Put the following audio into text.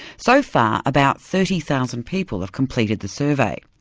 so far about thirty thousand people have completed the survey.